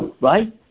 right